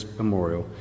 memorial